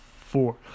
four